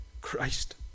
Christ